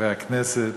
חברי הכנסת,